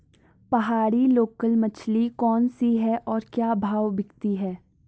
पहाड़ी लोकल मछली कौन सी है और क्या भाव बिकती है?